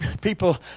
people